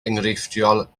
enghreifftiol